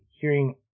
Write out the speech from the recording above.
hearing